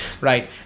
right